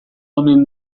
omen